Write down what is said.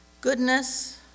goodness